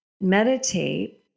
Meditate